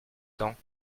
temps